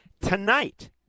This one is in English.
Tonight